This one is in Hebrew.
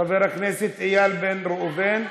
חבר הכנסת איל בן ראובן,